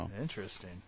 Interesting